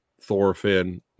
Thorfinn